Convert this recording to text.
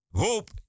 hope